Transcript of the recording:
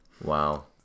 Wow